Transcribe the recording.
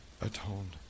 atoned